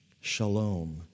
Shalom